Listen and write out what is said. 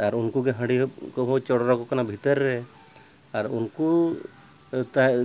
ᱟᱨ ᱩᱱᱠᱩᱜᱮ ᱦᱟᱺᱦᱤ ᱠᱚᱵᱚᱱ ᱪᱚᱰᱚᱨ ᱟᱠᱚ ᱠᱟᱱᱟ ᱵᱷᱤᱛᱟᱹᱨ ᱨᱮ ᱟᱨ ᱩᱱᱠᱩ